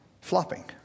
flopping